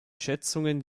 schätzungen